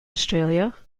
australia